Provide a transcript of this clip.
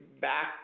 back